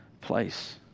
place